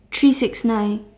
three six nine